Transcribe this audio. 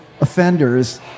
offenders